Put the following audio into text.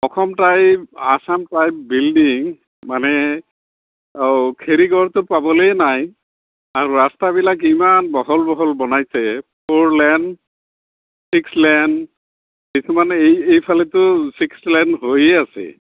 Assam type Assam type building মানে আৰু খেৰী ঘৰটো পাবলেই নাই আৰু ৰাস্তাবিলাক ইমান বহল বহল বনাইছে ফ'ৰ লেন ছিক্স লেন কিছুমানে এই এই এইফালেটো ছিক্স লেন হৈয়ে আছে